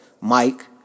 Mike